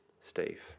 Steve